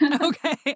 Okay